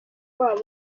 wabo